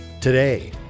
Today